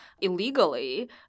illegally